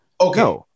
Okay